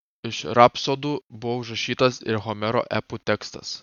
iš rapsodų buvo užrašytas ir homero epų tekstas